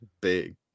Big